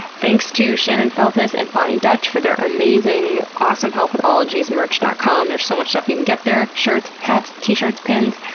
thanks to shannon feltus and boni dutch for their amazing, awesome help with ologiesmerch dot com. there's so much stuff you can get there. shirts, hats, t-shirts, pins.